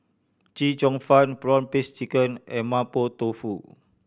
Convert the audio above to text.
Chee Cheong Fun prawn paste chicken and Mapo Tofu